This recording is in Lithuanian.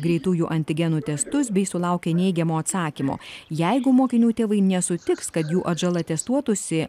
greitųjų antigenų testus bei sulaukė neigiamo atsakymo jeigu mokinių tėvai nesutiks kad jų atžala testuotųsi